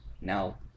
now